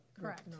Correct